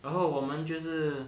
然后我们就是